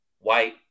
white